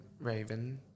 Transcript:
Raven